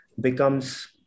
becomes